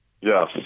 Yes